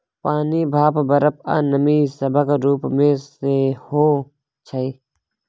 पानि, भाप, बरफ, आ नमी सभक रूप मे सेहो छै